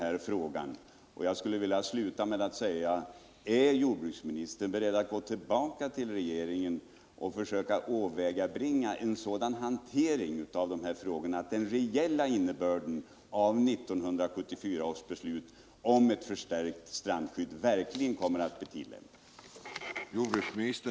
Därför skulle jag vilja sluta med att fråga: Är jordbruksministern beredd att gå tillbaka till regeringen och försöka åvägabringa en sådan hantering av de här problemen, att den reella innebörden av 1974 års beslut om ett förstärkt strandskydd verkligen slår igenom i tillämpningen?